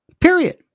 Period